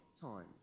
time